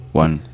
one